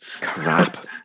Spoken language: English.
crap